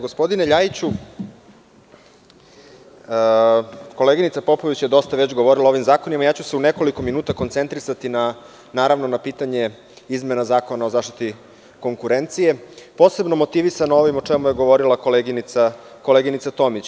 Gospodine Ljajiću, koleginica Popović je dosta već govorila o ovim zakonima, a ja ću se u nekoliko minuta koncentrisati, naravno, na pitanje izmena Zakona o zaštiti konkurencije, posebno motivisan ovim o čemu je govorila koleginica Tomić.